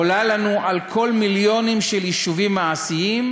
עולה לנו על כל מיליונים של יישובים מעשיים.